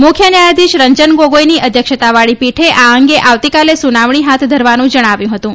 મુખ્ય ન્યાયાધીશ રંજન ગોગોઈની અધ્યક્ષતાવાળી પીઠે આ અંગે આવતીકાલે સુનાવણી હાથ ધરવાનું જણાવ્યું હતું